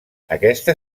aquesta